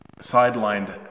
sidelined